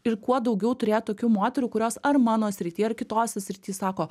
ir kuo daugiau turėt tokių moterų kurios ar mano srity ar kitose srityse sako